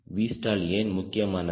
Vstall ஏன் முக்கியமானது